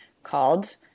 called